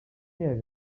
wie